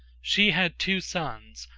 she had two sons,